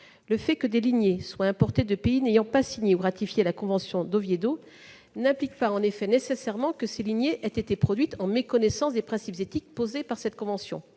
Que des lignées soient importées de pays n'ayant pas signé ou ratifié la convention d'Oviedo n'implique pas en effet nécessairement que ces lignées aient été produites en méconnaissance des principes éthiques posés par cette convention.